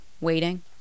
Waiting